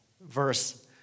verse